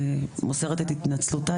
מוסרת את התנצלותה,